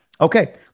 Okay